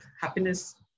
happiness